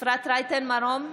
אפרת רייטן מרום,